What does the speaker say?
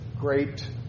great